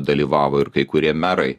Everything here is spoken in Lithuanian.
dalyvavo ir kai kurie merai